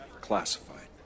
classified